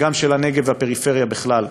וגם של הנגב והפריפריה בכלל,